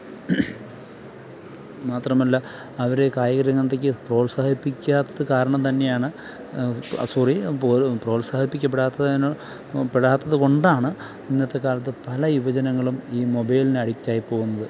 മാത്രമല്ല അവർ കായിക രംഗത്തേക്ക് പ്രോത്സാഹിപ്പിക്കാത്തത് കാരണം തന്നെയാണ് സോറി പ്രോത്സാഹിക്കപ്പെടാത്തതിന് പെടാത്തതുകൊണ്ടാണ് ഇന്നത്തെ കാലത്ത് പല യുവജനങ്ങളും ഈ മൊബൈലിന് അഡിക്റ്റ് ആയി പോവുന്നത്